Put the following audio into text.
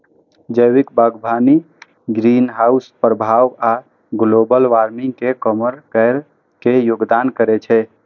जैविक बागवानी ग्रीनहाउस प्रभाव आ ग्लोबल वार्मिंग कें कम करै मे योगदान करै छै